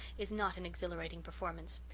is not an exhilarating performance.